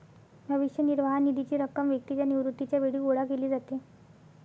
भविष्य निर्वाह निधीची रक्कम व्यक्तीच्या निवृत्तीच्या वेळी गोळा केली जाते